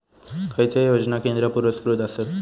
खैचे योजना केंद्र पुरस्कृत आसत?